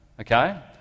okay